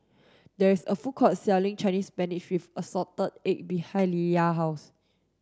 there is a food court selling Chinese spinach with assorted egg behind Leia house